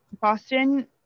Boston